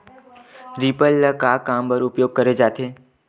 Reaper ल का काम बर उपयोग करे जाथे?